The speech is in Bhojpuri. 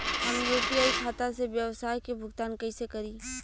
हम यू.पी.आई खाता से व्यावसाय के भुगतान कइसे करि?